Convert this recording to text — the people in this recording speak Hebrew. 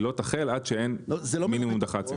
היא לא תחל עד שאין מינימום דח"צים.